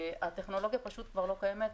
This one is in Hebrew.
הטכנולוגיה פשוט כבר לא קיימת,